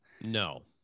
No